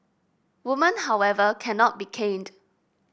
woman however cannot be caned